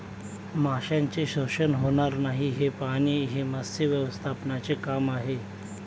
माशांचे शोषण होणार नाही हे पाहणे हे मत्स्य व्यवस्थापनाचे काम आहे